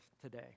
today